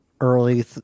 early